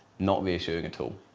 not reassuring at all.